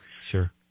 Sure